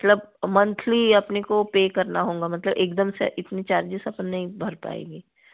मतलब मन्थली अपने को पे करना होगा मतलब एकदम से इतनी चार्जेज अपन नहीं भर पाएँगे